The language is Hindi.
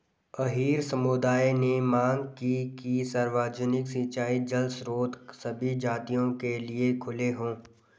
अहीर समुदाय ने मांग की कि सार्वजनिक सिंचाई जल स्रोत सभी जातियों के लिए खुले हों